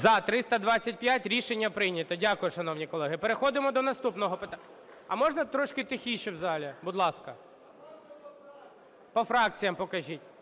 За-325 Рішення прийнято. Дякую, шановні колеги. Переходимо до наступного питання. А можна, трошки тихіше в залі, будь ласка. По фракціях покажіть.